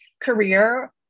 career